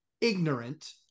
ignorant